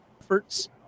efforts